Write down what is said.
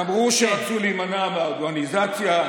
אמרו שרצו להימנע מאורגניזציה.